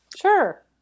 Sure